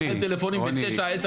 אני מקבל טלפונים ב-21:00,